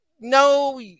no